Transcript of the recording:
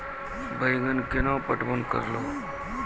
बैंगन केना पटवन करऽ लो?